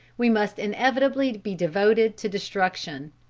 we must inevitably be devoted to destruction.